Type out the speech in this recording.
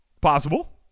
Possible